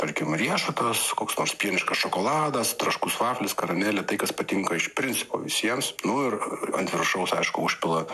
tarkim riešutas koks nors pieniškas šokoladas traškus vaflis karamelė tai kas patinka iš principo visiems nu ir ant viršaus aišku užpila